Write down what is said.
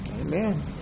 Amen